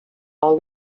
all